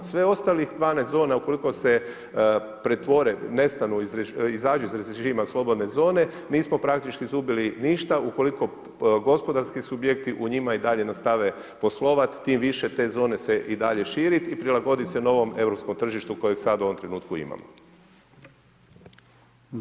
Svih ostalih 12 zona ukoliko se pretvore, nestanu, izađu iz režima slobodne zone nismo praktički izgubili ništa ukoliko gospodarski subjekti u njima i dalje nastave poslovati, tim više te zone se i dalje širiti i prilagoditi se novom europskom tržištu kojeg sada u ovom trenutku imamo.